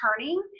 turning